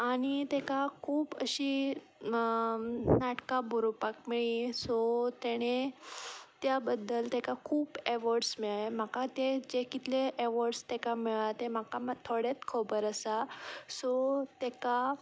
आनी ताका खूब अशीं नाटकां बरोपाक मेळ्ळीं सो तेणें त्या बद्दल ताका खूब एवोर्ड्स मेळ्ळ्या म्हाका ते जे कितले एवोर्ड्स ताका मेळ्ळा ते म्हाका थोडेंच खबर आसा सो ताका